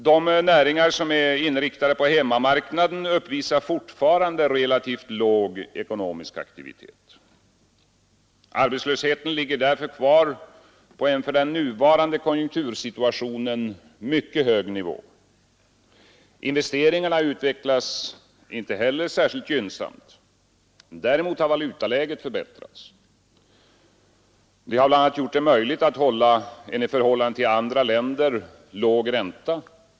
De näringar som är inriktade på hemmamarknaden uppvisar fortfarande relativt låg ekonomisk aktivitet. Arbetslösheten ligger därför kvar på en för den nuvarande konjunktursituationen mycket hög nivå. Investeringarna utvecklas inte heller särskilt gynnsamt. Däremot har valutaläget förbättrats. Det har bl.a. gjort det möjligt att hålla en i förhållande till andra länder låg ränta.